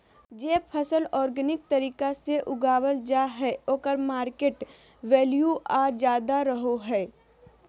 जे फसल ऑर्गेनिक तरीका से उगावल जा हइ ओकर मार्केट वैल्यूआ ज्यादा रहो हइ